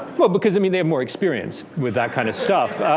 well, because i mean they have more experience with that kind of stuff.